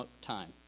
time